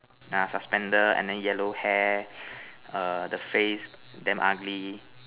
ah suspender and then yellow hair err the face damn ugly